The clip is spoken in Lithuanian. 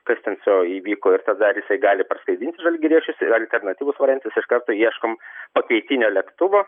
kas ten su juo įvyko ir tada ar jisai gali parskraidinti žalgiriečius ir alternatyvus variantas iš karto ieškom pakaitinio lėktuvo